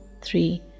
three